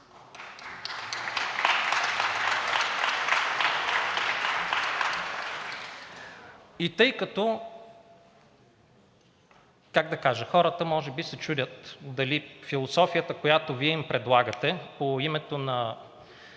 И тъй като – как да кажа, хората може би се чудят дали философията, която Вие им предлагате, по името на